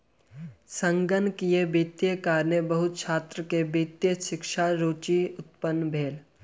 संगणकीय वित्तक कारणेँ बहुत छात्र के वित्तीय शिक्षा में रूचि उत्पन्न भेल